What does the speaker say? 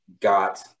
got